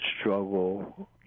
struggle